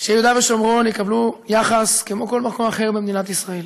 שיהודה ושומרון יקבלו יחס כמו כל מקום אחר במדינת ישראל.